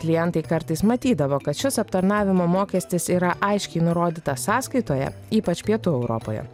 klientai kartais matydavo kad šis aptarnavimo mokestis yra aiškiai nurodytas sąskaitoje ypač pietų europoje